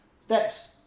Steps